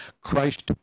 Christ